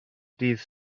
dydd